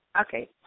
Okay